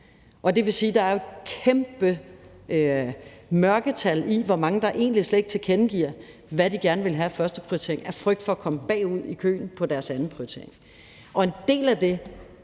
er. Det vil sige, at der jo er et kæmpestort mørketal på grund af de mange, der egentlig slet ikke tilkendegiver, hvad de gerne vil have som førsteprioritering, altså af frygt for at komme bagud i køen, hvad angår deres andenprioritering. Og en del af det